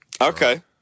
Okay